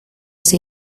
ser